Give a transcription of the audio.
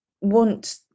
want